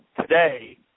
today